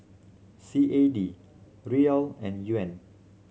C A D Riyal and Yuan